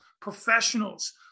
professionals